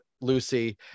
Lucy